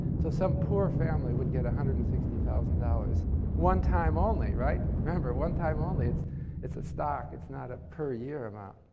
so some poor family would get one hundred and sixty thousand dollars one time only, right? remember, one time only. it's it's a stock, it's not a per year amount.